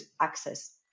access